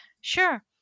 Sure